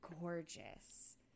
gorgeous